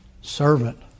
Servant